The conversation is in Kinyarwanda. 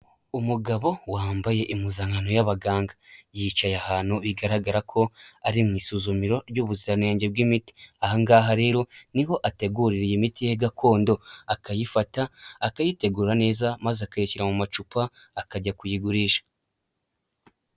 Umugabo wambaye impuzankano y'abaganga, yicaye ahantu bigaragara ko ari mu isuzumiro ry'ubuziranenge bw'imiti. Ahangaha rero niho ategurira iyi imiti ye gakondo akayifata, akayitegura neza maze akayishyira mu macupa akajya kuyigurisha.